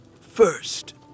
First